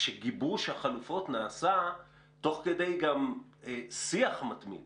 כשגיבוש החלופות נעשה תוך כדי שיח מתמיד